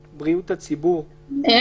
בריאות הציבור במשרד הבריאות או סגנו,